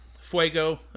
Fuego